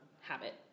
habit